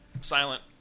Silent